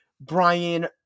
brian